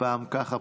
פעם ככה,